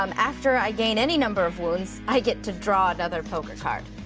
um after i gain any number of wounds, i get to draw another poker card.